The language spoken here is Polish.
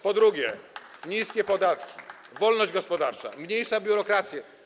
Po drugie, niskie podatki, wolność gospodarcza, mniejsza biurokracja.